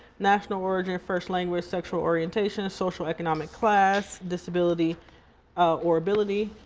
national origin, first language, sexual orientation, socioeconomic class, disability or ability.